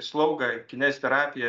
slaugą kineziterapiją